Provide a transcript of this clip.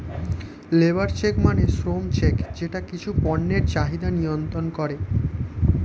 labour check মানে শ্রম check যেটা কিছু পণ্যের চাহিদা নিয়ন্ত্রন করে